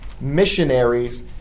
missionaries